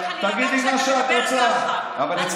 אני אומרת לך להירגע כשאתה מדבר ככה